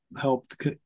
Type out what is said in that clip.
helped